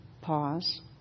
pause